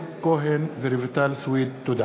תודה.